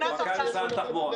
מנכ"ל משרד התחבורה,